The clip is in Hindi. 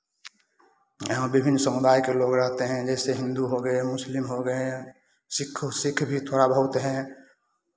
यहाँ विभिन्न समुदाय के लोग रहते हैं जैसे हिन्दू हो गए मुस्लिम हो गए हैं सिक्ख और सिक्ख भी थोड़ा बहुत हैं